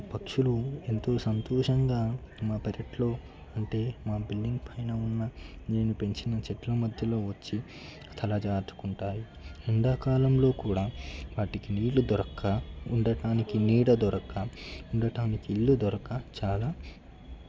పక్షులు ఎంతో సంతోషంగా మా పెరట్లో అంటే మా బిల్డింగ్ పైన ఉన్న నేను పెంచిన చెట్ల మధ్యలో వచ్చి తలదాచుకుంటాయి ఎండాకాలంలో కూడా వాటికి నీళ్లు దొరకక ఉండటానికి నీడ దొరకక ఉండటానికి ఇల్లు దొరకక చాలా